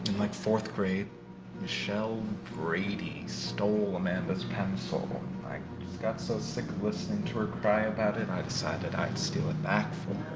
like fourth grade michelle brady stole amanda's pencil. i got so sick of listening to her cry about it, i decided i'd steal it back for